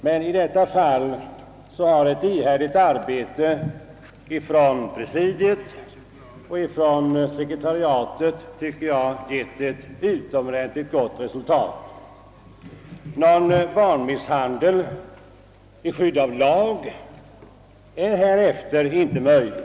Men i detta fall har, tycker jag, ett ihärdigt arbete av utskottets presidium och sekretariat gett ett mycket gott resultat. Någon barnmisshandel i skydd av lag blir hädanefter icke möjlig.